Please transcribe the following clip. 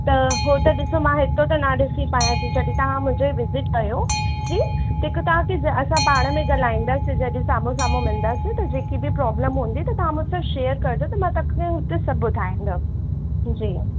त उहो त ॾिसो मां हितां त न ॾिसी पायां थी जॾहिं तव्हां मुंहिंजी विजिट कयो जी तंहिंखां तव्हांखे असां पाण में ॻाल्हाईंदासीं जॾहिं साम्हूं साम्हूं मिलंदासीं त जेकी बि प्रोब्लम हूंदी त तव्हां मूं सां शेयर कजो त मां तव्हांखे हुते सभु ॿुधाईंदमि जी